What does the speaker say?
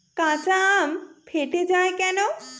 কাঁচা আম ফেটে য়ায় কেন?